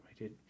right